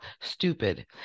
stupid